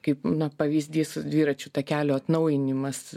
kaip na pavyzdys dviračių takelių atnaujinimas